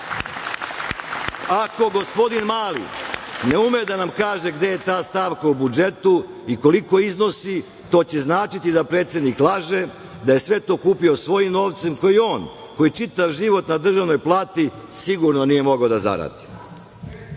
Ako gospodin Mali ne ume da nam kaže gde je ta stavka u budžetu i koliko iznosi, to će značiti da predsednik laže, da je sve to kupio svojim novcem koji on, koji je čitav život na državnoj plati, sigurno nije mogao da zaradi. Na